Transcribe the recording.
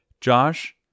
Josh